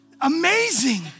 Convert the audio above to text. amazing